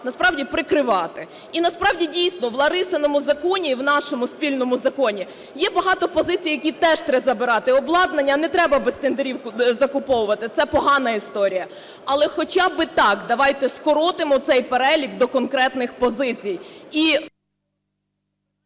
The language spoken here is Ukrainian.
насправді прикривати. І насправді дійсно в Ларисиному законі і в нашому спільному законі є багато позицій, які теж треба забирати, обладнання не треба без тендерів закуповувати, це погана історія. Але хоча би так, давайте скоротимо цей перелік до конкретних позицій…